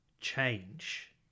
change